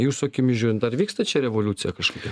jūsų akimis žiūrint ar vyksta čia revoliucija kažkokia